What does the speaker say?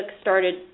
started